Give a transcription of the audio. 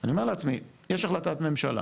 ואני אומר לעצמי, יש החלטת ממשלה